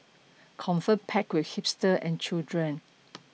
confirm packed with hipster and children